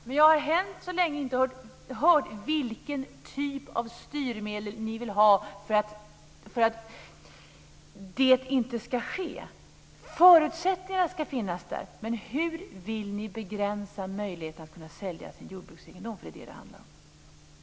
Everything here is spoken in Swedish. Men jag har än så länge inte hört vilken typ av styrmedel ni vill ha för att det inte ska ske. Förutsättningarna ska finnas där, men hur vill ni begränsa möjligheterna att sälja sin jordbruksegendom? Det är ju det som det handlar om.